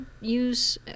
use